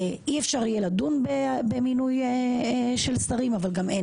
אי אפשר יהיה לדון במינוי של שרים אבל גם אין